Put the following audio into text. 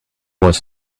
was